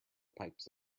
pipes